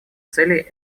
целей